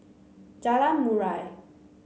Jalan Murai